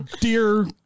dear